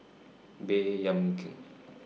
Baey Yam Keng